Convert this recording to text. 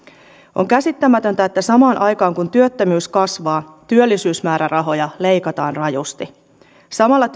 on käsittämätöntä että samaan aikaan kun työttömyys kasvaa työllisyysmäärärahoja leikataan rajusti samalla